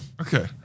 Okay